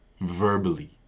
Verbally